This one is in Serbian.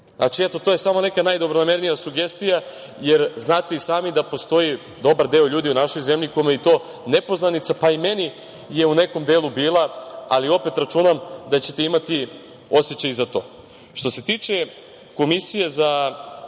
otruje. To je samo neka najdobronamernija sugestija. Znate i sami da postoji dobar deo ljudi u našoj zemlji kome je to nepoznanica, pa i meni je u nekom delu bila, ali računam da ćete imati osećaj i za to. Što se tiče Komisije za